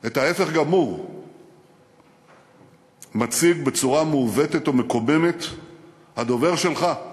את ההפך הגמור מציג בצורה מעוותת ומקוממת הדובר שלך.